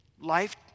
life